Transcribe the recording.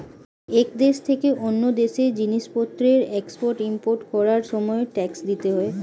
এক দেশ থেকে অন্য দেশে জিনিসপত্রের এক্সপোর্ট ইমপোর্ট করার সময় ট্যাক্স দিতে হয়